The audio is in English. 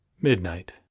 Midnight